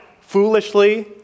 foolishly